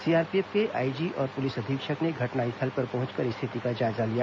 CRPF के IG और police अधीक्षक ने घटनास्थल पर पहुंचकर स्थिति का जायजा लिया